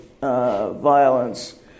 violence